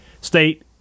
State